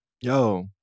Yo